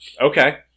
Okay